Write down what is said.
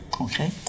okay